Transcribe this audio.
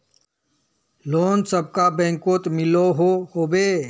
Loan सबला बैंकोत मिलोहो होबे?